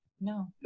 No